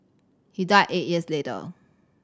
he died eight years later